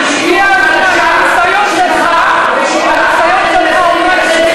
במה שאתה משתתף, במה שאתה מייצג,